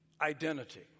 identity